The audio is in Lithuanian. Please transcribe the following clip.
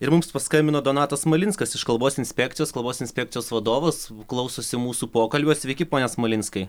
ir mums paskambino donatas smalinskas iš kalbos inspekcijos kalbos inspekcijos vadovas klausosi mūsų pokalbio sveiki pone smolinskai